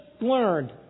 learned